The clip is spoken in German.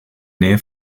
nähe